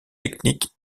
techniques